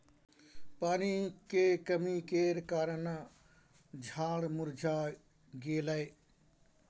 पानी के कमी केर कारणेँ झाड़ मुरझा गेलै